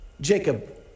Jacob